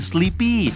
Sleepy